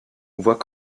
voit